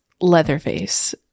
Leatherface